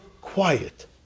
quiet